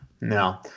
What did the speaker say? no